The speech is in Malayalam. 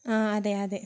ആ അതെ അതെ